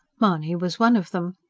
mahony was one of them.